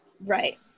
Right